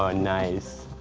ah nice.